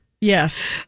Yes